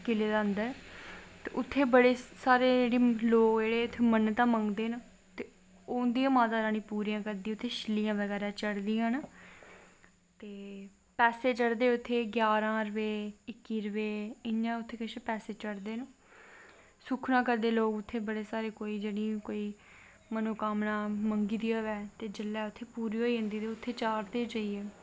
किले दे अन्दर ते बड़े सारे लोग जेह्ड़े मन्नतां मंगदे न उंदियां माता रानी पूरियां करदी उत्थें शिल्लियां बगैरा चड़दियां न ते पैसे चड़दे उत्थें ग्यारहां रपे इक्का रपे इयां उत्थें किश पैसे चड़दे न सुक्खनां करदे लोग उत्थें बड़े सारे कोई मनोकामनां मंगी दी होऐ दे जिसलै पूरी होई जंदी ते उत्थै चाढ़दे जाईयै